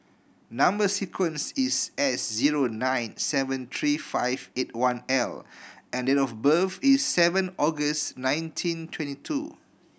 number sequence is S zero nine seven three five eight one L and date of birth is seven August nineteen twenty two